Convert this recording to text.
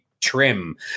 trim